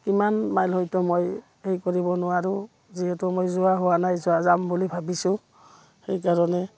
কিমান মাইল হয়তো মই হেৰি কৰিব নোৱাৰোঁ যিহেতু মই যোৱা হোৱা নাই যোৱা যাম বুলি ভাবিছোঁ সেইকাৰণে